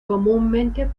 comúnmente